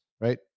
Right